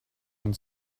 ein